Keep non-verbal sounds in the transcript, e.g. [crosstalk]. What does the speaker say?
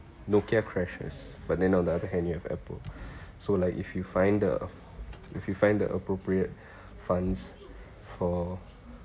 Nokia crashes but then on the other hand you have Apple so like if you find the if you find the appropriate [breath] funds for